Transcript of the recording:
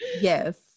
Yes